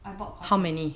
I bought courses